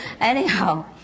anyhow